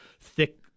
thick